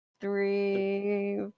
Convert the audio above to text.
Three